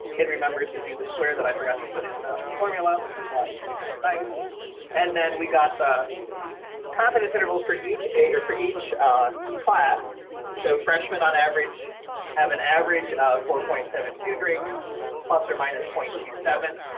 it remembers to do the square that i forgot to put in the formula, which is why computers are nice and then we got the competence intervals for each eight or for each class so freshmen on average have an average of four point seven two drinks plus or minus point two, seven.